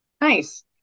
Nice